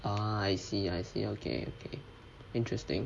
ah I see I see okay okay interesting